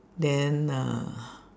then uh